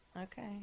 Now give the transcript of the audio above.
Okay